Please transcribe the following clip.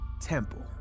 Temple